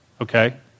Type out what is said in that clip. Okay